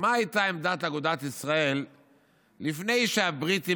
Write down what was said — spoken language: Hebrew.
מה הייתה עמדת אגודת ישראל לפני שהבריטים